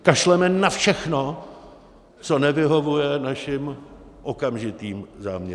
Kašleme na všechno, co nevyhovuje našim okamžitým záměrům.